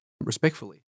respectfully